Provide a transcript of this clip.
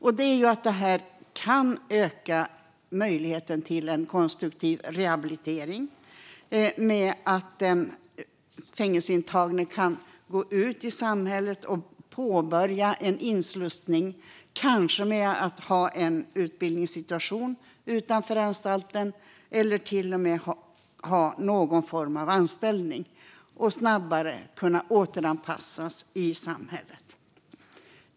Det handlar om att detta kan öka möjligheten till en konstruktiv rehabilitering genom att den fängelseintagne kan gå ut i samhället och påbörja en inslussning, kanske i en utbildningssituation utanför anstalten eller till och med i någon form av anställning, och snabbare kan återanpassas i samhället.